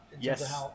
Yes